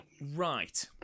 Right